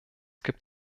gibt